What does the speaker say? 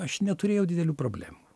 aš neturėjau didelių problemų